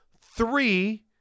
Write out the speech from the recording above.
three